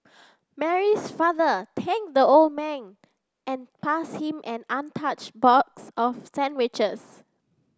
Mary's father the old man and passed him an untouched box of sandwiches